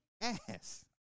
ass